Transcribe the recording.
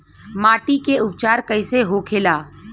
माटी के उपचार कैसे होखे ला?